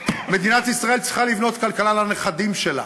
מדינת ישראל צריכה לבנות כלכלה לנכדים שלה,